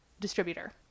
distributor